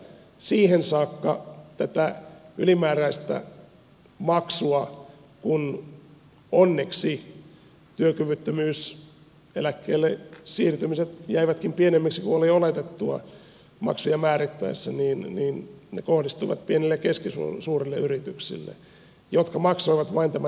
tästä syystä siihen saakka tämä ylimääräinen maksu kun onneksi työkyvyttömyyseläkkeelle siirtymiset jäivätkin pienemmiksi kuin oli oletettua maksuja määrittäessä kohdistui pienille ja keskisuurille yrityksille jotka maksoivat vain kiinteän tariffin